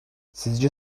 sizce